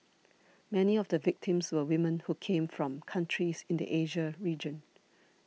many of the victims were women who came from countries in the Asia region